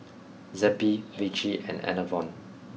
Zappy Vichy and Enervon